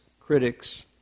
critics